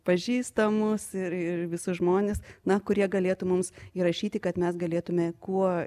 pažįstamus ir ir visus žmones na kurie galėtų mums įrašyti kad mes galėtume kuo